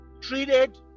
treated